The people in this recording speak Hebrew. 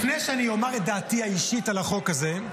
לפני שאומר את דעתי האישית על החוק הזה,